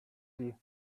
sie